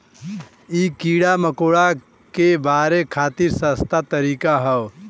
इ कीड़ा मकोड़ा के मारे खातिर सस्ता तरीका हौ